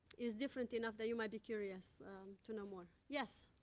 it's different enough that you might be curious to know more. yes?